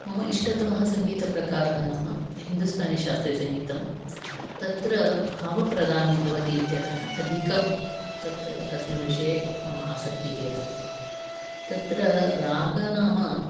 मम इष्टतमः सङ्गीतप्रकारः नाम हिन्दूस्थानिशास्त्रीयसङ्गीतं तत्र भावप्राधनं भवति इत्यतः अधिकं तत् तस्मिन् विषये मम आसक्तिः अस्ति तत्र रागः नाम